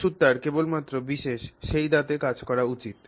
ওষুধটির কেবলমাত্র বিশেষ সেই দাঁতে কাজ করা উচিত